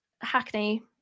Hackney